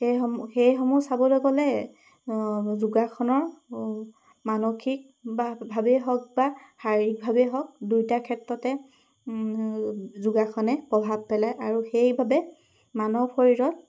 এইসমূহ সেইসমূহ চাবলৈ গ'লে যোগাসনৰ মানসিক বা ভাৱেই হওক বা শাৰীৰিকভাৱেই হওক দুয়োটা ক্ষেত্ৰতে যোগাসনে প্ৰভাৱ পেলায় আৰু সেইবাবে মানৱ শৰীৰত